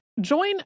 Join